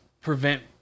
prevent